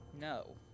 No